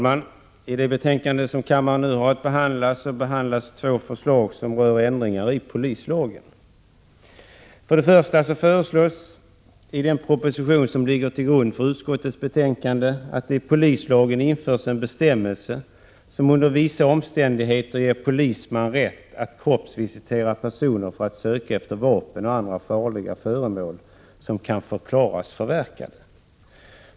Herr talman! I nu förevarande betänkande behandlas två förslag som rör ändringar i polislagen. För det första föreslås i den proposition som ligger till grund för utskottets betänkande att det i polislagen införs en bestämmelse som under vissa omständigheter ger polismän rätt att kroppsvisitera personer för att söka efter vapen och andra farliga föremål som kan förklaras förverkade.